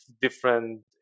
different